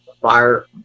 fire